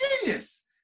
genius